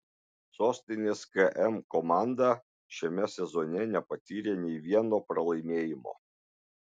sostinės km komanda šiame sezone nepatyrė nei vieno pralaimėjimo